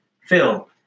Phil